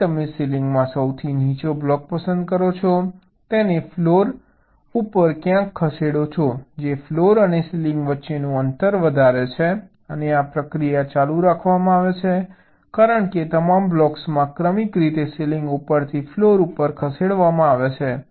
તેથી તમે સીલિંગમાં સૌથી નીચો બ્લોક પસંદ કરો છો તેને ફ્લોર ઉપર ક્યાંક ખસેડો જે ફ્લોર અને સીલિંગ વચ્ચેનું અંતર વધારે છે અને આ પ્રક્રિયા ચાલુ રાખવામાં આવે છે કારણ કે તમામ બ્લોક્સ ક્રમિક રીતે સીલિંગ ઉપરથી ફ્લોર ઉપર ખસેડવામાં આવે છે